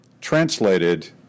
translated